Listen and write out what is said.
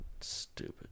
Stupid